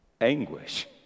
Anguish